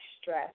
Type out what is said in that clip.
stress